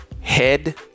head